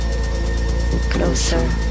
Closer